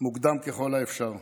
מוקדם ככל האפשר.